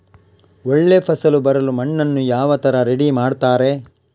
ಒಳ್ಳೆ ಫಸಲು ಬರಲು ಮಣ್ಣನ್ನು ಯಾವ ತರ ರೆಡಿ ಮಾಡ್ತಾರೆ?